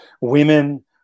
women